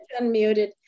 Unmuted